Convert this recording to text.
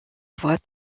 voie